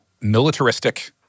Militaristic